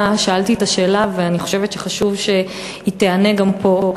שאלתי את השאלה ואני חושבת שחשוב שהיא תיענה גם פה.